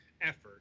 effort